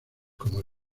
como